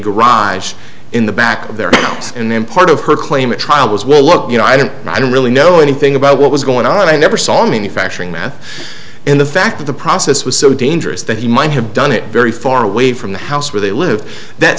garage in the back there and then part of her claim a trial was well look you know i don't i don't really know anything about what was going on i never saw any factoring math in the fact of the process was so dangerous that he might have done it very far away from the house where they lived that